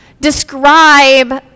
describe